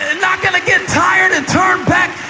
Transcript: and not going to get tired and turn back.